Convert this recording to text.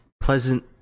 pleasant